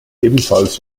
ebenfalls